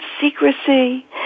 secrecy